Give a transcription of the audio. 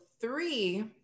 three